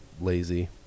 lazy